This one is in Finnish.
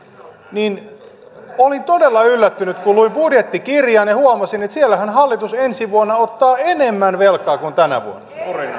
niin olin todella yllättynyt kun luin budjettikirjan ja huomasin että siellähän hallitus ensi vuonna ottaa enemmän velkaa kuin tänä vuonna